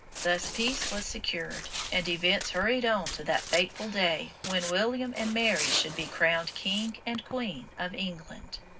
thus peace was secured, and events hurried on to that fateful day when william and mary should be crowned king and queen of england.